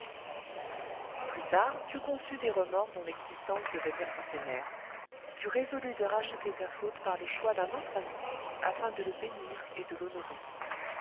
plus tard tu conçus des remords dont l'existence devait être éphémère tu résolus de racheter ta faute par le choix d'un autre ami afin de le bénir et de l'honorer